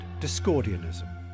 Discordianism